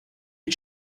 you